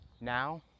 now